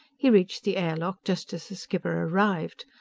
he reached the air lock just as the skipper arrived.